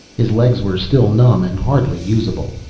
his legs were still numb and hardly usable.